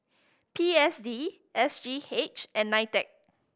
P S D S G H and NITEC